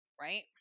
right